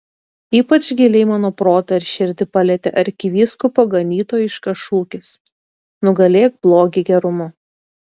ypač giliai mano protą ir širdį palietė arkivyskupo ganytojiškas šūkis nugalėk blogį gerumu